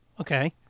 Okay